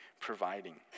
providing